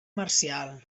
marcial